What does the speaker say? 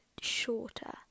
shorter